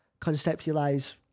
conceptualize